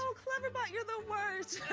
um cleverbot, you're the worst.